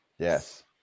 Yes